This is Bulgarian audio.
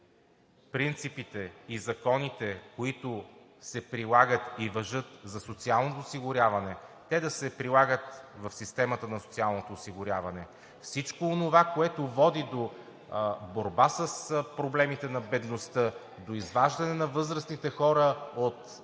принципите и законите, които се прилагат и важат за социалното осигуряване, да се прилагат в системата на социалното осигуряване. Всичко онова, което води до борба с проблемите на бедността, до изваждане на възрастните хора от бедност,